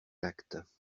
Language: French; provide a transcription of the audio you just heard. actes